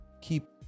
keep